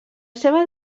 seva